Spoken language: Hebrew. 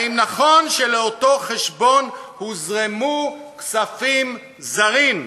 האם נכון שלאותו חשבון הוזרמו כספים זרים?